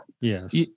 Yes